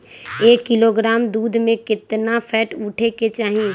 एक किलोग्राम दूध में केतना फैट उठे के चाही?